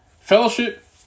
Fellowship